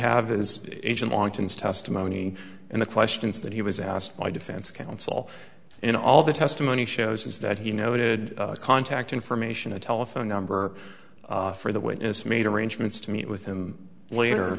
have is ancient wantons testimony and the questions that he was asked by defense counsel in all the testimony shows is that he noted contact information a telephone number for the witness made arrangements to meet with him later